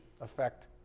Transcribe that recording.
effect